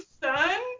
son